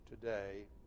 today